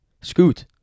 scoot